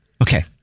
Okay